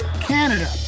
Canada